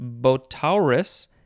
botaurus